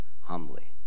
humbly